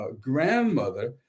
grandmother